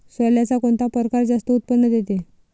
सोल्याचा कोनता परकार जास्त उत्पन्न देते?